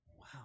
Wow